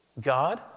God